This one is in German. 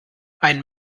ein